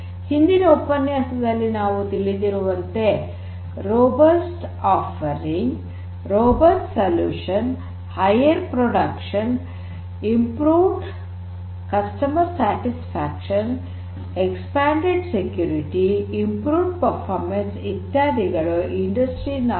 ಹಿಂದಿನ ಉಪನ್ಯಾಸದಲ್ಲಿ ನಾವು ತಿಳಿದಿರುವಂತೆ robust offering robust solutions higher production improved customer satisfaction expanded security improved performance ಇತ್ಯಾದಿಗಳು ಇಂಡಸ್ಟ್ರಿ ೪